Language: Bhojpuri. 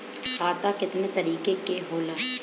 खाता केतना तरीका के होला?